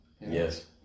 Yes